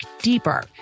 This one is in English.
deeper